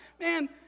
man